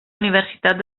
universitat